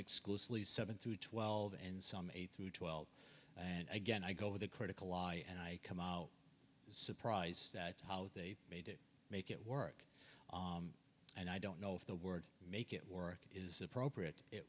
exclusively seven through twelve and some eight through twelve and again i go with a critical ally and i come out surprised at how they made it make it work and i don't know if the word make it work is appropriate it